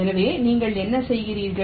எனவே நீங்கள் என்ன செய்கிறீர்கள்